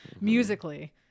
musically